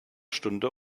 stunde